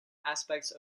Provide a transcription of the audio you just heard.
aspects